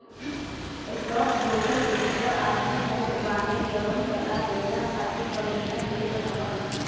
stockbroker पेशेवर आदमी होत बाने जवन सलाह देहला खातिर कमीशन लेत हवन